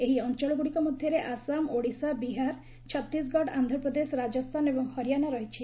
ଏହି ଅଞ୍ଚଳଗୁଡ଼ିକ ମଧ୍ୟରେ ଆସାମ ଓଡ଼ିଶା ବିହାର ଛତିଶଗଡ଼ ଆନ୍ଧ୍ରପ୍ରଦେଶ ରାଜସ୍ଥାନ ଏବଂ ହରିୟାଣା ରହିଛି